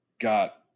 got